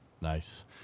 Nice